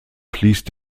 fließt